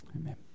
Amen